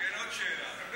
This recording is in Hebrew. עוד שאלה.